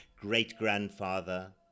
great-grandfather